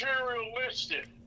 Materialistic